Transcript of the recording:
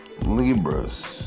Libras